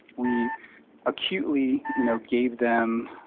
we acutely you know gave them